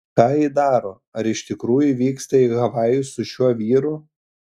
ką ji daro ar iš tikrųjų vyksta į havajus su šiuo vyru